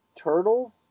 Turtles